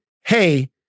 Hey